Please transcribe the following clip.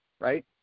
Right